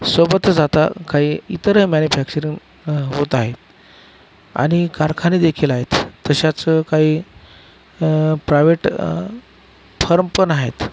सोबतच आता काही इतर मॅन्युफॅक्चरिंग होत आहे आणि कारखाने देखील आहेत तशाच काही प्रायव्हेट फर्म पण आहेत